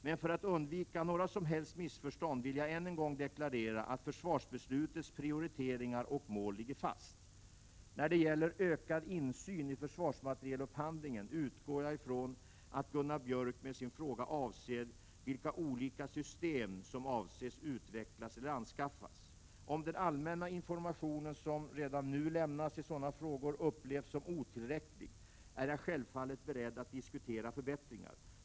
Men för att undvika några som helst missförstånd vill jag än en gång deklarera att försvarsbeslutets prioriteringar och mål ligger fast. När det gäller ökad insyn i försvarsmaterielupphandlingen utgår jag ifrån att Gunnar Björk med sin fråga menar vilka olika system som avses utvecklas eller anskaffas. Om den allmänna information som redan nu lämnas i sådana frågor upplevs som otillräcklig är jag självfallet beredd att diskutera förbättringar.